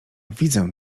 widzę